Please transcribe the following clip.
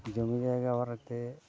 ᱡᱚᱢᱤ ᱡᱟᱭᱜᱟ ᱵᱟᱨᱮᱛᱮ